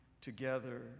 together